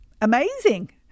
amazing